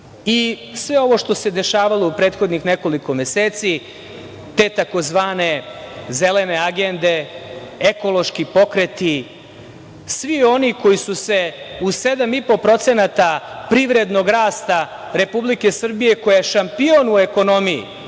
sve ovo što se dešavalo u prethodnih nekoliko meseci, te tzv. zelene agende, ekološki pokreti, svi oni koji su se u 7,5% privrednog rasta Republike Srbije, koja je šampion u ekonomiji